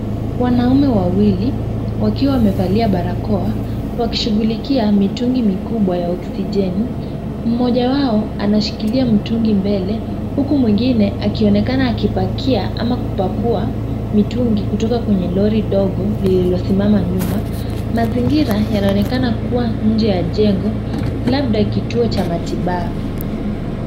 Wanaume wawili, wakiwa wamevalia barakoa, wakishugulikia mitungi mikubwa ya oksijeni, mmoja wao anashikilia mtungi mbele huku mwingine akionekana akipakia ama kupakua mitungi kutoka kwenye lori dogo lililosimama nyuma, mazingira yanaonekana kuwa nje ya jengo labda kituo cha matibabu.